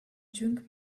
drink